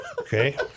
Okay